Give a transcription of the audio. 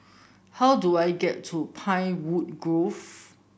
how do I get to Pinewood Grove